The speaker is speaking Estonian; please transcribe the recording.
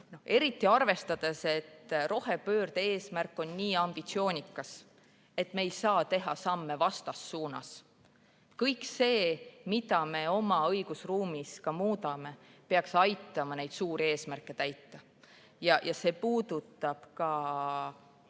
eriti arvestades, et rohepöörde eesmärk on nii ambitsioonikas, me ei tohi teha samme vastassuunas. Kõik see, mida me oma õigusruumis ka muudame, peaks aitama neid suuri eesmärke täita. See puudutab ka